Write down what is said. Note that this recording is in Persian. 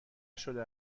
شده